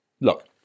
Look